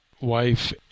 wife